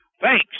Thanks